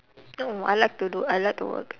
no I like to do I like to work